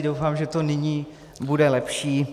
Doufám, že to nyní bude lepší.